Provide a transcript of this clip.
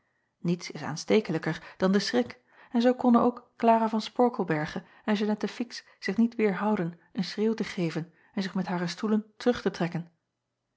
iets is aanstekelijker dan de schrik en zoo konnen ook lara van porkelberghe en eannette ix zich niet weêrhouden een schreeuw te geven en zich met haar stoelen terug te trekken